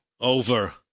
Over